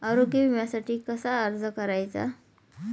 आरोग्य विम्यासाठी कसा अर्ज करायचा?